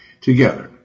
together